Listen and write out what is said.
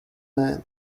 men